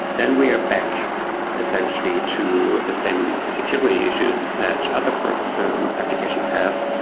then we are back essentially to the same security issues that other applications have,